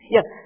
Yes